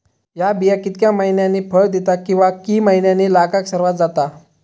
हया बिया कितक्या मैन्यानी फळ दिता कीवा की मैन्यानी लागाक सर्वात जाता?